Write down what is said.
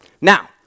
Now